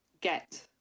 get